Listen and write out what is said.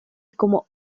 como